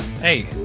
Hey